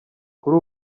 kuri